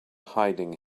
hiding